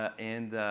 ah and